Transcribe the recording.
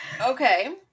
Okay